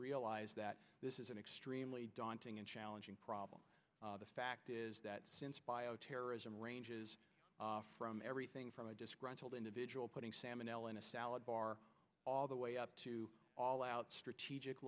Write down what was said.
realize that this is an extremely daunting and challenging problem the fact is that since bioterrorism ranges from everything from a disgruntled individual putting salmon eleana salad bar all the way up to all out strategic